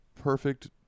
perfect